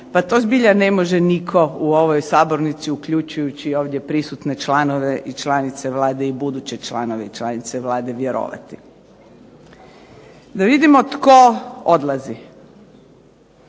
pa to zbilja ne može nitko u ovoj Sabornici uključujući i ovdje prisutne članove i članice Vlade i buduće članove i članice Vlade vjerovati. Da vidimo tko odlazi.